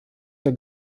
der